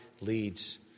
leads